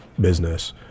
business